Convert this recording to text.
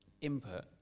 input